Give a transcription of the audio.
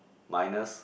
minus